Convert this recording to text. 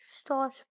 start